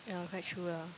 ya quite true lah